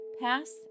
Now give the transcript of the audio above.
Pass